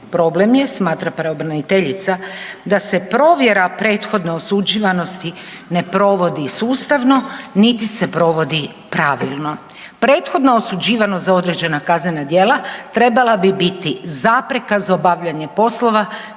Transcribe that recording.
Problem je, smatra pravobraniteljica da se provjera prethodne osuđivanosti ne provodi sustavno niti se provodi pravilno. Prethodno osuđivano za određena kaznena djela trebala bi biti zapreka za obavljanje poslova